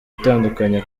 itandukanye